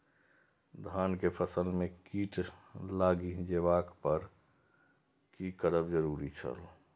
धान के फसल में कीट लागि जेबाक पर की करब जरुरी छल?